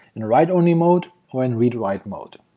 in write-only mode, or in read-write mode.